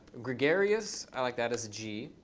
gregarious, i like that as g.